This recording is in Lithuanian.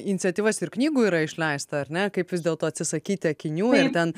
į iniciatyvas ir knygų yra išleista ar ne kaip vis dėlto atsisakyti akinių ir ten